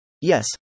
Yes